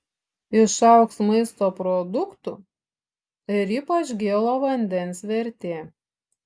išaugs maisto produktų ir ypač gėlo vandens vertė